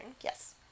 Yes